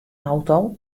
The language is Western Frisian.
auto